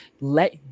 let